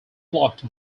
blocked